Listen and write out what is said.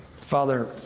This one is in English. Father